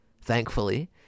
Thankfully